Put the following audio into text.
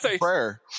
prayer